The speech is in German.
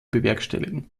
bewerkstelligen